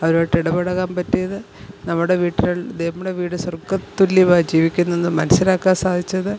അവരുമായിട്ടിടപഴകാൻ പറ്റിയത് നമ്മുടെ വീട്ടില് നമ്മുടെ വീട് സ്വർഗ്ഗ തുല്യമായി ജീവിക്കുന്നെന്ന് മനസ്സിലാക്കാൻ സാധിച്ചത്